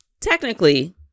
technically